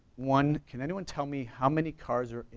one, can anyone tell me how many cars are,